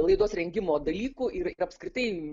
laidos rengimo dalykų ir apskritai